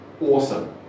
awesome